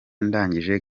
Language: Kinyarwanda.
ndangije